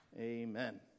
Amen